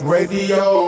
Radio